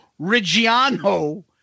Reggiano